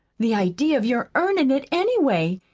the idea of your earnin' it, anyway,